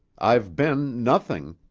i've been nothing